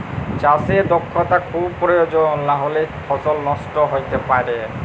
চাষে দক্ষতা খুব পরয়োজল লাহলে ফসল লষ্ট হ্যইতে পারে